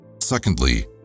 Secondly